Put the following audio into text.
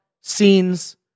scenes